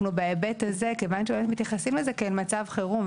בהיבט הזה אנחנו מתייחסים לזה כאל מצב חירום,